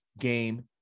Game